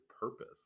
purpose